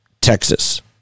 Texas